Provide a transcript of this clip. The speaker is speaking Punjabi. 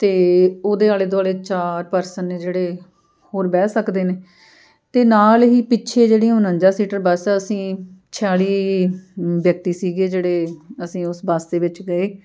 ਅਤੇ ਉਹਦੇ ਆਲੇ ਦੁਆਲੇ ਚਾਰ ਪਰਸਨ ਨੇ ਜਿਹੜੇ ਹੋਰ ਬਹਿ ਸਕਦੇ ਨੇ ਅਤੇ ਨਾਲ ਹੀ ਪਿੱਛੇ ਜਿਹੜੀਆਂ ਉਣੰਜਾ ਸੀਟਰ ਬੱਸ ਅਸੀਂ ਛਿਆਲੀ ਵਿਅਕਤੀ ਸੀਗੇ ਜਿਹੜੇ ਅਸੀਂ ਉਸ ਬੱਸ ਦੇ ਵਿੱਚ ਗਏ